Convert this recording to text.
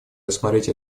рассмотреть